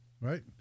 right